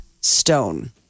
stone